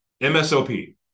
MSOP